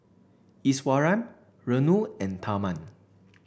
Iswaran Renu and Tharman